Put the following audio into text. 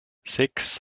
sechs